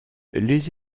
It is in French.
les